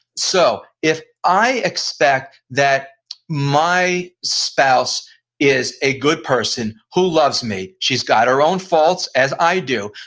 so if i expect that my spouse is a good person who loves me, she's got her own faults as i do,